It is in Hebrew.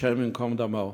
השם ייקום דמו.